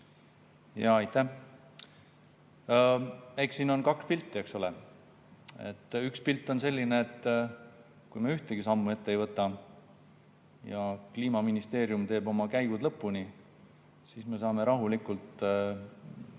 Jaa, aitäh! Eks siin on kaks pilti, eks ole. Üks pilt on selline, et kui me ühtegi sammu ette ei võta ja Kliimaministeerium teeb oma käigud lõpuni, siis me võime rahulikult minna